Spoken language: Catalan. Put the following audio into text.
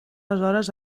aleshores